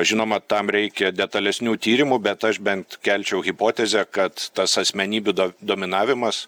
žinoma tam reikia detalesnių tyrimų bet aš bent kelčiau hipotezę kad tas asmenybių do dominavimas